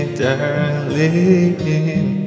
darling